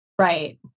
Right